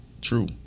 True